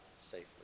safely